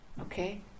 Okay